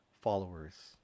followers